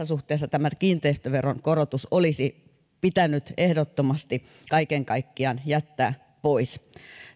suhteessa tämä kiinteistöveron korotus olisi pitänyt ehdottomasti kaiken kaikkiaan jättää pois